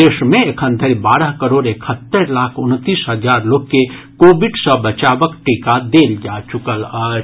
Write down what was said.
देश मे एखन धरि बारह करोड़ एकहत्तरि लाख उनतीस हजार लोक के कोविड सँ बचावक टीका देल जा चुकल अछि